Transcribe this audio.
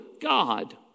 God